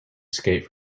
escaped